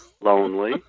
lonely